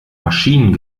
maschinen